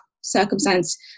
circumstance